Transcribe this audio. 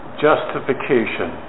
justification